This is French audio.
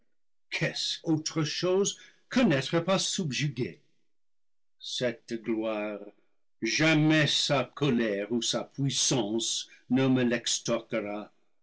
qu'est-ce autre chose que n'être pas subjugué cette gloire jamais sa colère ou sa puissance ne me